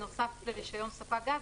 בנוסף לרישיון ספק גז,